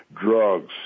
drugs